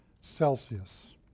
Celsius